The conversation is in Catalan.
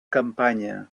campanya